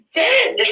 dead